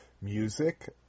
music